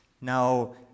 Now